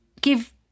give